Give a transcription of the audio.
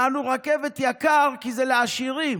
יעני, רכבת היא יקרה, כי היא לעשירים,